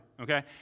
Okay